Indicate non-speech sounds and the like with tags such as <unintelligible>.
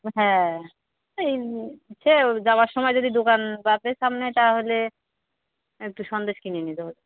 হ্যাঁ তা সে যাওয়ার সময় যদি দোকান <unintelligible> সামনে তাহলে একটু সন্দেশ কিনে নিয়ে যাবো